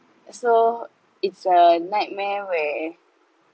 so it's a nightmare where